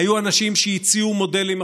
היו אנשים שהציעו מודלים אחרים,